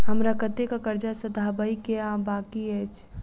हमरा कतेक कर्जा सधाबई केँ आ बाकी अछि?